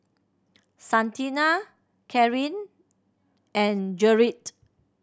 Santina Carin and Gerrit